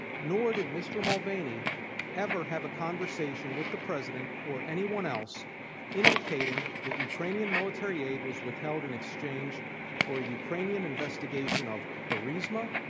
nor did mr. mulvaney ever have a conversation with the president or anyone else indicating that ukrainian military aid was withheld in exchange for a ukrainian investigation of burisma,